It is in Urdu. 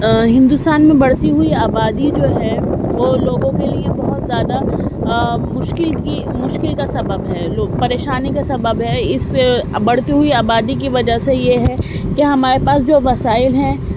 ہندوستان میں بڑھتی ہوئی آبادی جو ہے وہ لوگوں کے لئے بہت زیادہ مشکل کی مشکل کا سبب ہے لوگ پریشانی کا سبب ہے اس بڑھتی ہوئی آبادی کی وجہ سے یہ ہے کہ ہمارے پاس جو وسائل ہیں